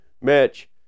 Mitch